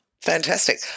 Fantastic